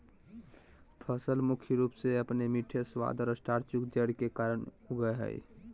फसल मुख्य रूप से अपने मीठे स्वाद और स्टार्चयुक्त जड़ के कारन उगैय हइ